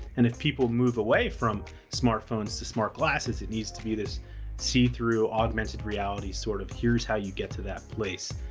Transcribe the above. and if people move away from smartphones to smart glasses, it needs to be this see through augmented reality, sort of here's how you get to that place.